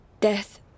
death